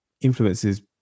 influences